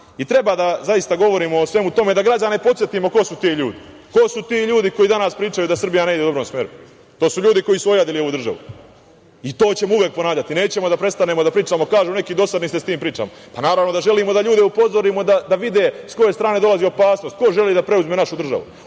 treba da govorimo o svemu tome da građane podsetimo ko su ti ljudi koji danas pričaju da Srbija ne ide u dobrom smeru. To su ljudi koji su ojadili ovu državu i to ćemo uvek ponavljati. Nećemo da prestanemo da pričamo. Kažu neki – dosadni ste sa tim pričama. Naravno da želimo da ljude upozorimo da vide sa koje strane dolazi opasnost ko želi da preuzme našu državu.